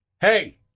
hey